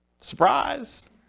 Surprise